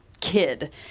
kid